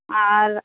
আর